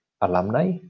alumni